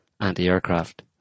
anti-aircraft